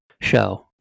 show